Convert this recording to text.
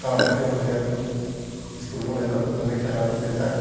কাৰণে তেওঁলোকে স্কুল কলেজত মানে খেলাৰ প্ৰতি এটা